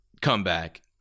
comeback